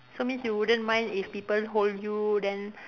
so means you wouldn't mind if people hold you then